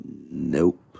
Nope